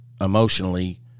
emotionally